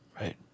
Right